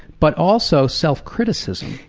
but also self-criticism.